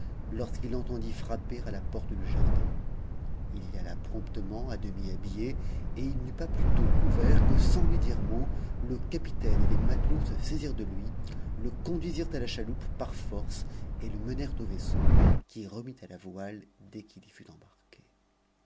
lorsqu'il entendit frapper à la porte du jardin ii y promptement à demi habillé et il n'eut pas plutôt ou vert que sans lui dire mot le capitaine et les matelots se saisirent de lui le conduisirent à la chaloupe par force et le menèrent au vaisseau qui remit à la voile dès qu'il y fut